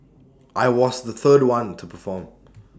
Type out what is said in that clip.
I was the third one to perform